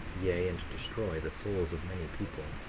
yea, and destroy the souls of many people.